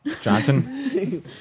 Johnson